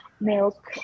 milk